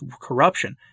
corruption